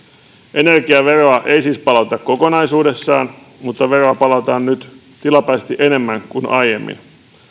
energiaveroa ei siis palauteta kokonaisuudessaan mutta veroa palautetaan nyt tilapäisesti enemmän kuin aiemmin